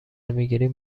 میگیریم